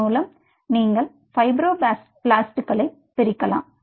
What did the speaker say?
இதன் மூலம் நீங்கள் ஃபைப்ரோபிளாஸ்ட்களை பிரிக்கலாம்